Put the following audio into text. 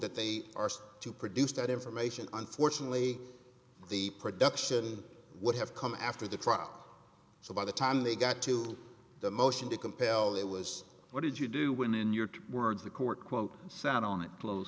that they are to produce that information unfortunately the production would have come after the crowd so by the time they got to the motion to compel it was what did you do when in your two words the court quote sat on it close